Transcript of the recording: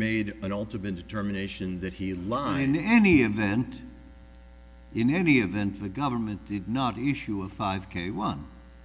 made an ultimate determination that he line any and then in any event the government did not issue a five k one